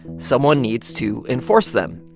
someone needs to enforce them.